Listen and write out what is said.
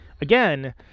again